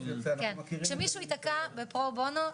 כשמישהו יתקע בפרו בונו,